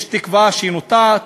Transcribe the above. יש תקווה שהיא נוטעת?